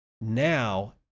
now